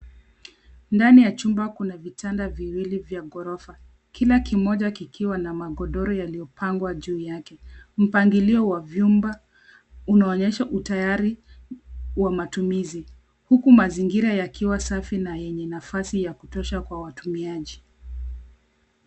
Ndani ya chumba kuna vitanda viwili vya ghorofa. Kila kimoja kikiwa na magodoro yaliopangwa juu yake. Mpangilio wa vyumba unaonyesha utayari wa matumizi huku mazingira yakiwa safi na yenye nafasi ya kutosha kwa watumiaji.